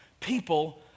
people